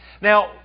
Now